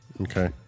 okay